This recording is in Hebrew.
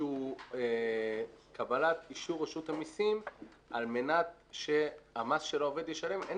איזשהו קבלת אישור רשות המסים על מנת שהמס שהעובד ישלם הוא מס כקצבה.